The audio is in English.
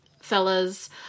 fellas